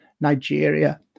Nigeria